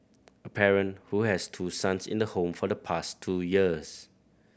a parent who has two sons in the home for the past two years